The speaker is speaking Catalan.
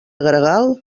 gregal